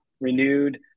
renewed